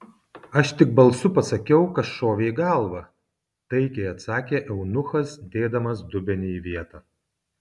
aš tik balsu pasakiau kas šovė į galvą taikiai atsakė eunuchas dėdamas dubenį į vietą